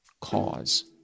cause